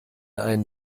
einen